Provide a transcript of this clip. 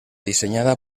diseñada